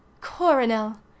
Coronel